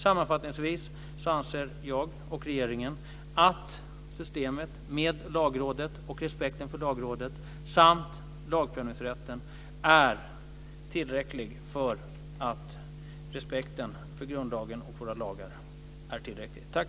Sammanfattningsvis anser jag och regeringen att systemet med Lagrådet och respekten för Lagrådet samt lagprövningsrätten är tillräckligt för att respekten för grundlagen och våra lagar ska upprätthållas.